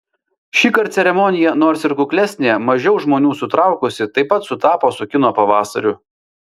šįkart ceremonija nors ir kuklesnė mažiau žmonių sutraukusi taip pat sutapo su kino pavasariu